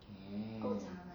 can